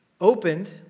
opened